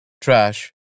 trash